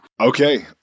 Okay